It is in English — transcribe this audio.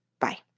Bye